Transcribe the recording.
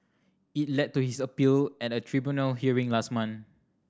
it led to his appeal at a tribunal hearing last month